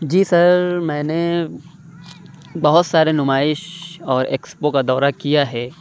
جی sir میں نے بہت سارے نمائش اور ایکسپو کا دورہ کیا ہے